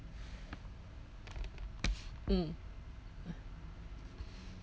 mm